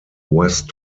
west